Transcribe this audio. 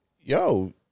yo